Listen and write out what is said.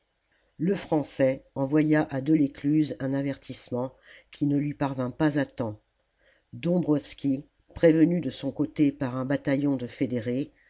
lefrançais envoya à delescluze un avertissement qui ne lui parvint pas à temps dombwroski prévenu de son côté par un bataillon de fédérés